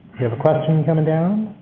have a question coming down?